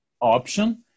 option